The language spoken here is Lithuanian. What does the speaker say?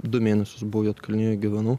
du mėnesius buvau juodkalnijoj gyvenau